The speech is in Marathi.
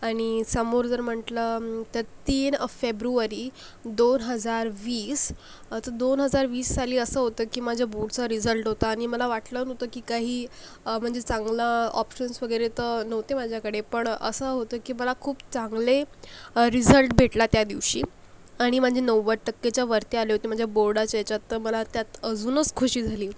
आणि समोर जर म्हटलं तर तीन फेब्रुवरी दोन हजार वीस अचं दोन हजार वीस साली असं होतं की माझ्या बोडचा रिझल्ट होता आणि मला वाटलं नव्हतं की काही म्हणजे चांगला ऑप्शन्स वगैरे तर नव्हते माझ्याकडे पण असं होतं की मला खूप चांगले रिझल्ट भेटला त्या दिवशी आणि माझे नव्वद टक्केच्या वरते आले होते म्हणजे बोर्डाच्या याच्यात तर मला त्यात अजूनस खुशी झाली